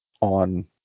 on